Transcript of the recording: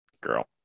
Girl